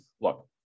look